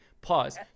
Pause